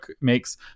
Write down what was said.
makes